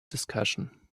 discussion